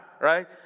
Right